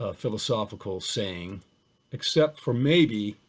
ah philosophical saying except for maybe,